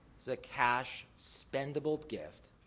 is a cash, spendable gift,